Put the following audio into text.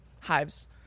hives